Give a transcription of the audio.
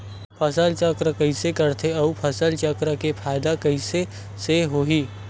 फसल चक्र कइसे करथे उ फसल चक्र के फ़ायदा कइसे से होही?